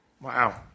Wow